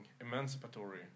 emancipatory